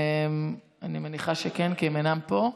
אני מניחה שכן, כי הם אינם פה.